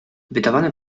wydawane